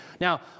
now